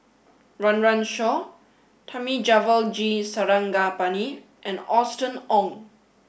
Run Run Shaw Thamizhavel G Sarangapani and Austen Ong